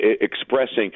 expressing